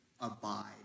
abide